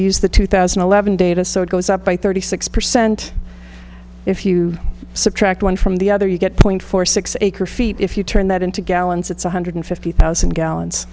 use the two thousand and eleven data so it goes up by thirty six percent if you subtract one from the other you get point four six acre feet if you turn that into gallons it's one hundred fifty thousand gallons